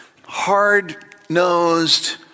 hard-nosed